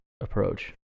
approach